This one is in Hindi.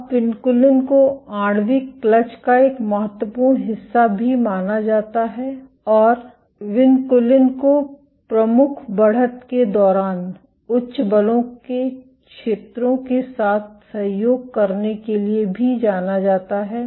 अब विनकुलिन को आणविक क्लच का एक महत्वपूर्ण हिस्सा भी माना जाता है और विनकुलिन को प्रमुख बढ़त के दौरान उच्च बलों के क्षेत्रों के साथ सहयोग करने के लिए जाना जाता है